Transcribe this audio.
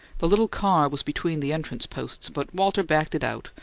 the little car was between the entrance posts but walter backed it out,